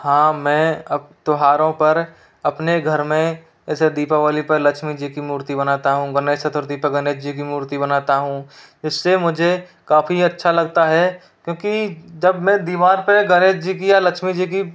हाँ मैं अब त्योहारों पर अपने घर में ऐसे दीपावली पे लक्ष्मी जी की मूर्ति बनाता हूँ गणेश चतुर्थी पे गणेश जी की मूर्ति बनाता हूँ इससे मुझे काफ़ी अच्छा लगता है क्योंकि जब मैं दीवार पे गणेश जी की या लक्ष्मी जी की